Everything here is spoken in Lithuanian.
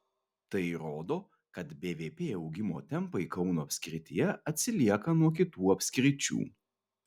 tai rodo kad bvp augimo tempai kauno apskrityje atsilieka nuo kitų apskričių